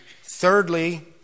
Thirdly